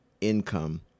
income